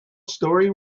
story